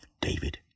David